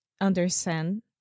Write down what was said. understand